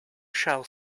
shall